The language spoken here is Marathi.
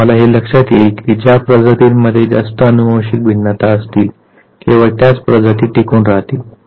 तुम्हाला हे लक्षात येईल की ज्या प्रजातींमध्ये जास्त अनुवांशिक भिन्नता असतील केवळ त्याच प्रजाती टिकून राहतील